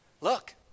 Look